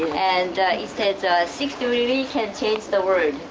and it says six degrees could change the world.